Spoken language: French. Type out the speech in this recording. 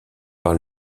par